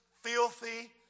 filthy